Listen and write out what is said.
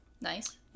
Nice